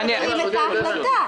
עודד --- אם מבטלים את ההחלטה.